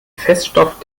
feststoff